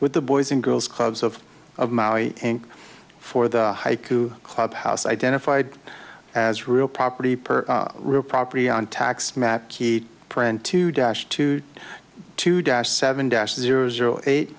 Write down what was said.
with the boys and girls clubs of of maui for the haiku club house identified as real property per real property on tax map key print two dash two two dash seven dash zero zero eight